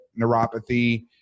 neuropathy